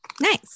Nice